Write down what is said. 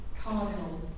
cardinal